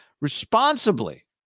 responsibly